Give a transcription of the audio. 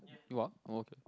you are oh okay